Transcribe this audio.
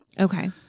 Okay